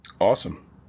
awesome